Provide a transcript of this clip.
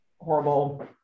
horrible